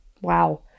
wow